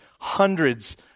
hundreds